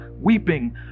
weeping